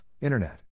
Internet